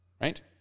Right